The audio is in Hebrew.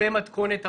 במתכונת הבחינה,